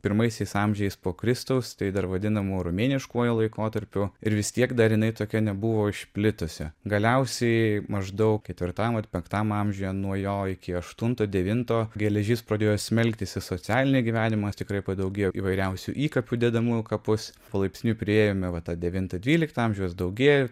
pirmaisiais amžiais po kristaus tai dar vadinamu romėniškuoju laikotarpiu ir vis tiek dar jinai tokia nebuvo išplitusi galiausiai maždaug ketvirtam vat penktam amžiuje nuo jo iki aštunto devinto geležis pradėjo smelktis į socialinį gyvenimą tikrai padaugėjo įvairiausių įkapių dedamųjų į kapus palaipsniui priėjome va tą devintą dvyliktą amžius daugėjo